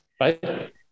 right